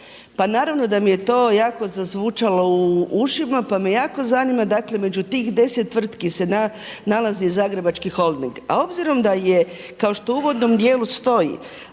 pa naravno da mi je to jako zazvučalo u ušima, pa me jako zanima dakle među tih deset tvrtki se nalazi i Zagrebački holding, a obzirom da je kao što u uvodnom dijelu stoji